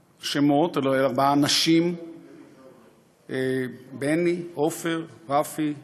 שמות, אלה ארבעה אנשים, בני, עופר, רפי ואילן,